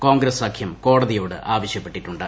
കോൺഗ്രസ്സ് സഖ്യം കോടതിയോട് ആവശ്യപ്പെട്ടിട്ടുണ്ട്